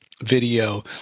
video